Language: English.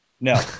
no